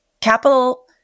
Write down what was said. capital